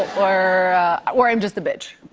or or i'm just a bitch.